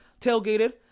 tailgated